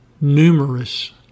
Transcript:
numerous